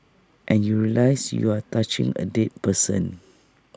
and you realise you are touching A dead person